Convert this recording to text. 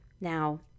Now